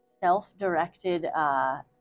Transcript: self-directed